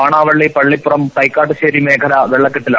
പാണാവള്ളി പള്ളിപ്പുറം തൈക്കാട്ടുശ്ശേരി മേഖല വെള്ളക്കെട്ടിലാണ്